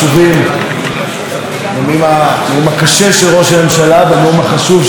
עם הנאום הקשה של ראש הממשלה והנאום החשוב של ראש האופוזיציה,